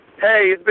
Hey